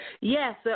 Yes